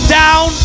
down